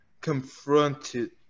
confronted